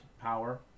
power